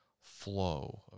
flow